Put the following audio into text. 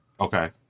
Okay